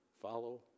follow